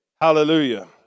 Hallelujah